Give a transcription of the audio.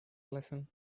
lesson